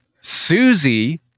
Susie